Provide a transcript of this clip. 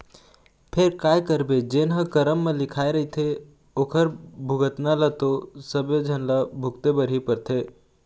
फेर काय करबे जेन ह करम म लिखाय रहिथे ओखर भुगतना ल तो सबे झन ल भुगते बर ही परथे